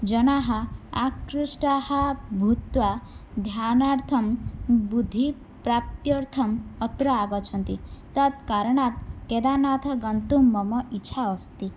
जनाः आकृष्टाः भूत्वा ध्यानार्थं बुद्धिप्राप्त्यर्थम् अत्र आगच्छन्ति तत् कारणात् केदारनाथं गन्तुम् मम इच्छा अस्ति